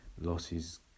losses